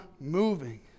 moving